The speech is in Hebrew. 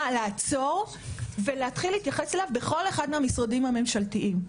לעצור ולהתחיל להתייחס אליו בכל אחד מהמשרדים הממשלתיים.